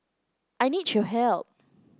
I need your help